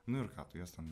nu ir ką tu juos ten